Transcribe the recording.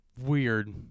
weird